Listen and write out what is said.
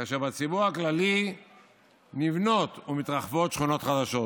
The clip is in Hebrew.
כאשר בציבור הכללי נבנות ומתרחבות שכונות חדשות.